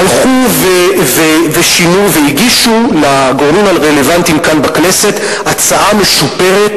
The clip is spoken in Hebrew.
הלכו ושינו והגישו לגורמים הרלוונטיים כאן בכנסת הצעה משופרת,